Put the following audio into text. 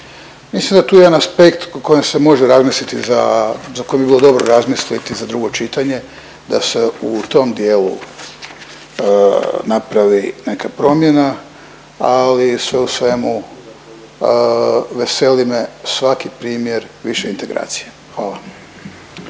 se može razmisliti za, za koji bi bilo dobro razmisliti za drugo čitanje da se u tom dijelu napravi neka promjena ali sve u svemu veseli me svaki primjer više integracije. Hvala.